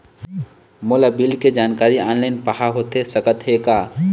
मोला बिल के जानकारी ऑनलाइन पाहां होथे सकत हे का?